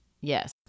Yes